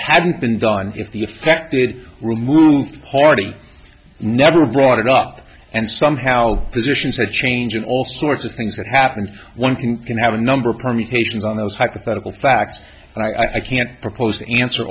hadn't been done if the affected removed party never brought it up and somehow positions had change and all sorts of things that happened one can have a number of permutations on those hypothetical facts and i can't propose to answer